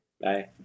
Bye